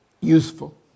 useful